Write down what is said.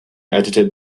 edited